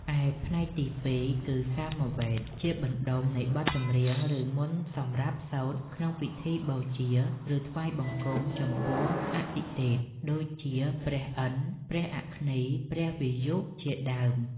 ឯផ្នែកទី២ គឺសាមវេទ ជាបណ្ដុំនៃបទចម្រៀង ឬមន្តសម្រាប់សូត្រក្នុងពិធីបូជា ឬថ្វាយបង្គំចំពោះអាទិទេព ដូចជា ព្រះឥន្ទ្រ ព្រះអគ្នី និងព្រះវាយុ ជាដើម។